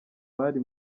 bari